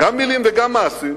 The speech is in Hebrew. גם מלים וגם מעשים,